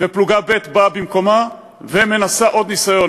פלוגה ב' באה במקומה ומנסה עוד ניסיון,